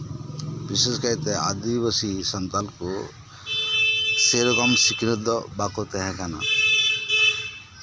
ᱵᱤᱥᱮᱥ ᱠᱟᱭᱛᱮ ᱟᱫᱤᱵᱟᱥᱤ ᱥᱟᱱᱛᱟᱞ ᱠᱚ ᱥᱮ ᱨᱚᱠᱚᱢ ᱥᱤᱠᱷᱱᱟᱹᱛ ᱫᱚ ᱵᱟᱠᱚ ᱛᱟᱦᱮᱸ ᱠᱟᱱᱟ